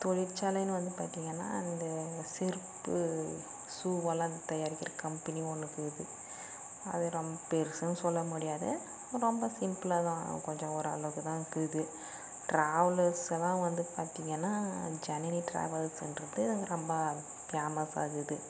தொழிற்சாலைன்னு வந்து பார்த்திங்கன்னா இந்த செருப்பு ஷூவெல்லாம் தயாரிக்கிற கம்பெனி ஒன்று இருக்குது அது ரொம்ப பெருசுன்னு சொல்ல முடியாது ரொம்ப சிம்புல்லாக தான் கொஞ்சம் ஒரு அளவுக்கு தான்க்குது ட்ராவல்ஸ்லாம் வந்து பார்த்திங்கன்னா ஜனனி ட்ராவல்ஸ்ன்கிறது ரொம்ப பேமஸ்சாகக்குது